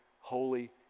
holy